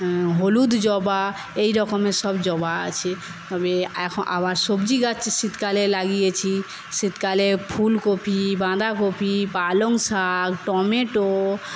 হলুদ জবা এইরকমের সব জবা আছে তবে এখন আবার সবজি গাছ শীতকালে লাগিয়েছি শীতকালে ফুলকপি বাঁধাকপি পালং শাক টমেটো